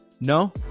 No